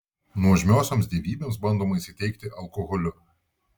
nuožmiosioms dievybėms bandoma įsiteikti alkoholiu